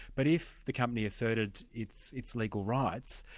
but if the company asserted its its legal rights,